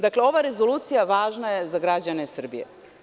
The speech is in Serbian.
Dakle, ova rezolucija je važna za građane Srbije.